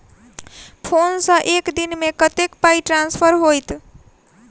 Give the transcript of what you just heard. Phone सँ एक दिनमे कतेक पाई ट्रान्सफर होइत?